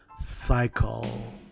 cycle